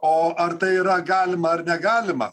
o ar tai yra galima ar negalima